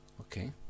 Okay